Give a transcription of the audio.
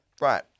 Right